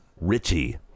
richie